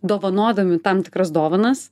dovanodami tam tikras dovanas